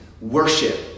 worship